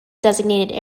designated